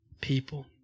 people